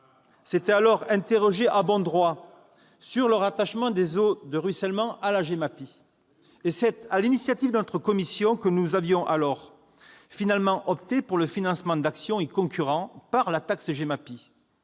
s'était interrogé à bon droit sur le rattachement de la gestion des eaux de ruissellement à la GEMAPI. C'est sur l'initiative de notre commission que nous avions finalement opté pour le financement d'actions y concourant par la taxe GEMAPI,